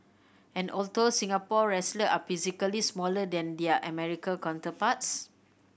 and although Singapore wrestlers are physically smaller than their America counterparts